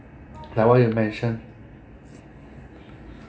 like what you mention